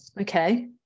okay